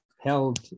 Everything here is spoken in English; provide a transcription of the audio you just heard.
held